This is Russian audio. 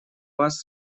вас